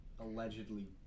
Allegedly